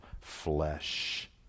flesh